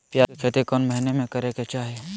प्याज के खेती कौन महीना में करेके चाही?